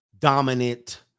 dominant